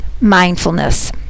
mindfulness